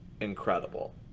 incredible